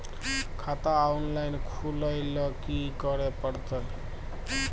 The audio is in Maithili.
खाता ऑनलाइन खुले ल की करे परतै?